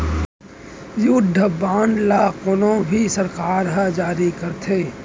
युद्ध बांड ल कोनो भी सरकार ह जारी करथे